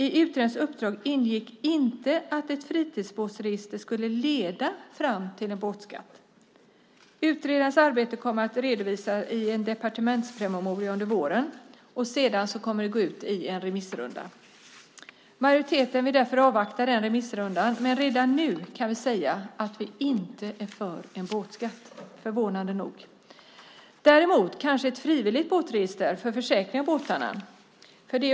I utredarens uppdrag ingick inte att ett fritidsbåtsregister skulle leda fram till en båtskatt. Utredarens arbete kommer att redovisas i en departementspromemoria under våren. Sedan blir det en remissrunda. Majoriteten vill därför avvakta den remissrundan. Men redan nu kan det sägas att vi inte är för en båtskatt - förvånande nog! - men däremot kanske ett frivilligt båtregister för försäkringen av båtarna.